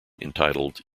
entitled